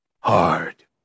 hard